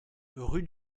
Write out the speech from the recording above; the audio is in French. rue